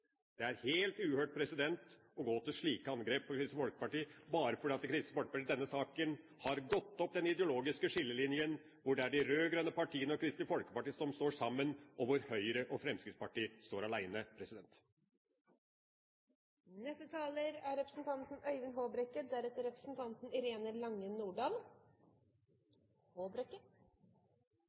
Det er helt uhørt å gå til slike angrep på Kristelig Folkeparti bare fordi Kristelig Folkeparti i denne saken har gått opp den ideologiske skillelinjen, hvor de rød-grønne partiene og Kristelig Folkeparti står sammen, og hvor Høyre og Fremskrittspartiet står alene. Til siste taler vil jeg si at når det gjelder forholdet til EØS-avtalen, er